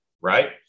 right